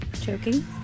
Choking